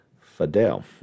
Fidel